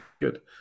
good